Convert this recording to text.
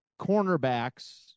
cornerbacks